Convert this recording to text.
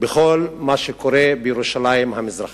בכל מה שקורה בירושלים המזרחית.